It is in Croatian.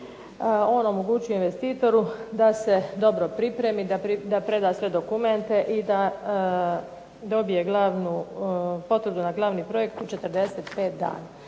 ON omogućuje investitoru da se dobro pripremi, da preda sve dokumente i da dobije glavnu potvrdu na glavni projekt 45 dana.